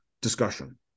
discussion